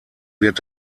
wird